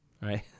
right